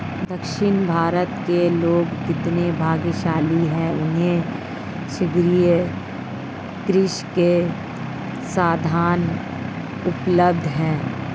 दक्षिण भारत के लोग कितने भाग्यशाली हैं, उन्हें सागरीय कृषि के साधन उपलब्ध हैं